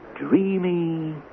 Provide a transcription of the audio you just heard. Dreamy